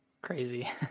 Crazy